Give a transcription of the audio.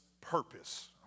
purpose